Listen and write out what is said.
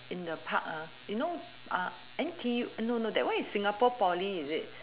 in the park you know N_T_U no no that one is singapore poly is it